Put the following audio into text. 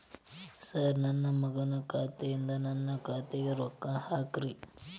sir ನನ್ನ ಮಗನ ಖಾತೆ ಯಿಂದ ನನ್ನ ಖಾತೆಗ ರೊಕ್ಕಾ ಹಾಕ್ರಿ